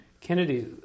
Kennedy